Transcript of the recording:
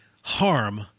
harm